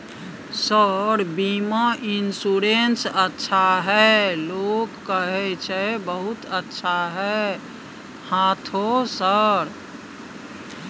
Sir बीमा insurance अच्छा है लोग कहै छै बहुत अच्छा है हाँथो सर?